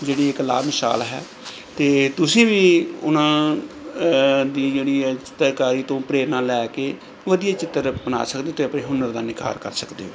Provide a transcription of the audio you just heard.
ਜਿਹੜੀ ਇੱਕ ਲਾਮਿਸ਼ਾਲ ਹੈ ਅਤੇ ਤੁਸੀਂ ਵੀ ਉਹਨਾਂ ਦੀ ਜਿਹੜੀ ਹੈ ਚਿੱਤਰਕਾਰੀ ਤੋਂ ਪ੍ਰੇਰਨਾ ਲੈ ਕੇ ਵਧੀਆ ਚਿੱਤਰ ਬਣਾ ਸਕਦੇ ਅਤੇ ਆਪਣੇ ਹੁਨਰ ਦਾ ਨਿਖਾਰ ਕਰ ਸਕਦੇ ਹੋ